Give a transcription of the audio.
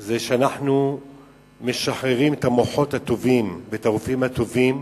היא שאנחנו משחררים את המוחות הטובים ואת הרופאים הטובים,